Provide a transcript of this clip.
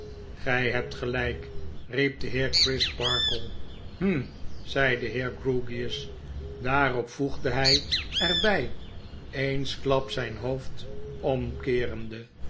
gg hebt gelgkl ri'ep de heer crisparkle hm zei de heer grewgious daarop voegde hg er bij eensklaps zgn hoofd omkeerende